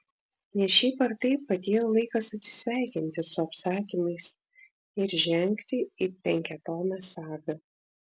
nes šiaip ar taip atėjo laikas atsisveikinti su apsakymais ir žengti į penkiatomę sagą